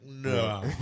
No